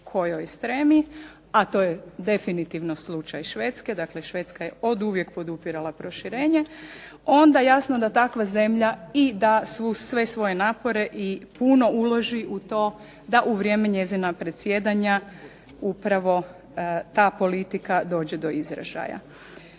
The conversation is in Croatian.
kojoj stremi, a to je definitivno slučaj Švedske, dakle Švedska je oduvijek podupirala proširenje, onda jasno da takva zemlja i da sve svoje napore i puno uloži u to da u vrijeme njezina predsjedanja upravo ta politika dođe do izražaja.